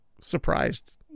Surprised